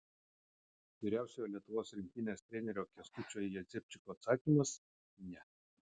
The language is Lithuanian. vyriausiojo lietuvos rinktinės trenerio kęstučio jezepčiko atsakymas ne